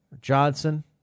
Johnson